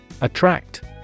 Attract